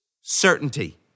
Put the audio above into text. Certainty